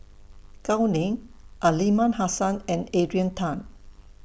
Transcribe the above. Gao Ning Aliman Hassan and Adrian Tan